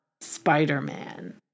Spider-Man